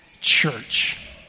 church